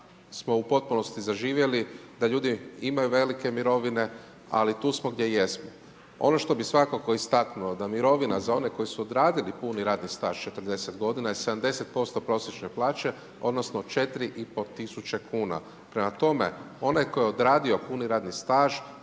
smo u potpunosti zaživjeli, da ljudi imaju velike mirovine ali tu smo gdje jesmo. Ono što bi svakako istaknuo, da mirovina za one koji su odradili puni radni staž s 40 g. je 70% prosječne plaće odnosno 4500 kuna. Prema tome, onaj koji je odradio puni radni staž,